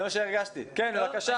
כל פעם